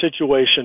situation